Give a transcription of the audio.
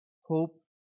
hope